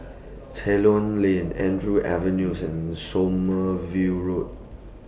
Ceylon Lane Andrews Avenue and Sommerville Road